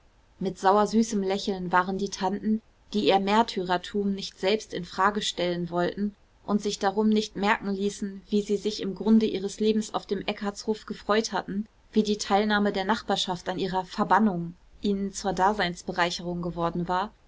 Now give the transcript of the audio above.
mit sauersüßem lächeln waren die tanten die ihr märtyrertum nicht selbst in frage stellen wollten und sich darum nicht merken ließen wie sie sich im grunde ihres lebens auf dem eckartshof gefreut hatten wie die teilnahme der nachbarschaft an ihrer verbannung ihnen zur daseinsbereicherung geworden war